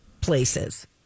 places